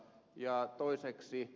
ja toiseksi